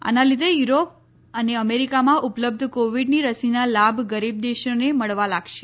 આના લીધે યુરોપ અને અમેરિકામાં ઉપલબ્ધ કોવિડની રસીના લાભ ગરીબ દેશોને મળવા લાગશે